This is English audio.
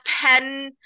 pen